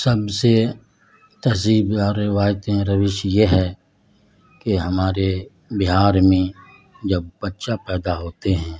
سب سے تہذیب اور روایتیں روش یہ ہے کہ ہمارے بہار میں جب بچہ پیدا ہوتے ہیں